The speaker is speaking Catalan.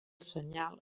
senyal